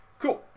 cool